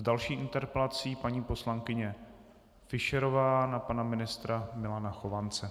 S další interpelací paní poslankyně Fischerová na pana ministra Milana Chovance.